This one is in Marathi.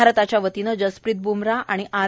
भारताच्या वतीनं जसप्रित ब्मराह आणि आर